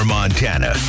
Montana